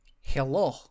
Hello